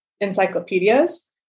encyclopedias